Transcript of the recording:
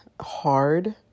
hard